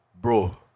bro